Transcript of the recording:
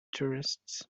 tourists